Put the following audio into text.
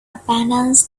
abandons